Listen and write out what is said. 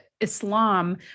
Islam